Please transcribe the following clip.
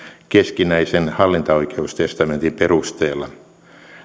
keskinäisen hallintaoikeustestamentin perusteella